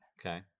okay